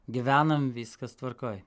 gyvenam viskas tvarkoj